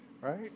right